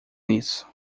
nisso